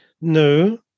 No